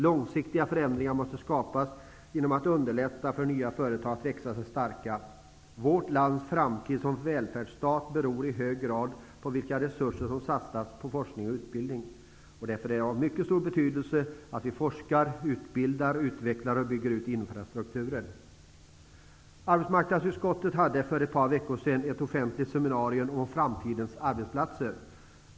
Långsiktiga förutsättningar måste skapas genom att underlätta för nya företag att växa sig starka. Vårt lands framtid som välfärdsstat beror i hög grad på vilka resurser som satsas på forskning och utbildning. Det är därför av mycket stor betydelse att vi forskar, utbildar, utvecklar och bygger ut infrastrukturen. Arbetsmarknadsutskottet hade för ett par veckor sedan ett offentligt seminarium om framtidens arbetsplatser.